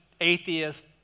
atheist